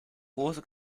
große